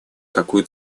какую